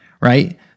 right